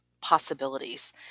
possibilities